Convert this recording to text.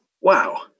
Wow